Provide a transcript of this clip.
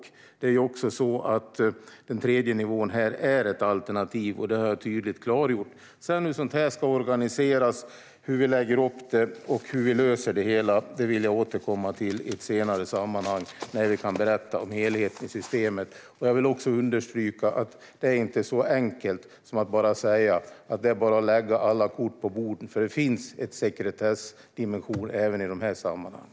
Även den tredje nivån är ett alternativ, och det har jag tydligt klargjort. Hur sådant här sedan ska organiseras, hur vi lägger upp det och hur vi löser det hela vill jag återkomma till i ett senare sammanhang, när vi kan berätta om systemet som helhet. Jag vill också understryka att det inte är så enkelt som att bara säga att alla kort ska läggas på bordet. Det finns en sekretessdimension även i dessa sammanhang.